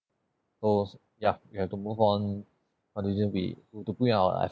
oh ya we have to move on why don't you we to put in our